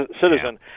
citizen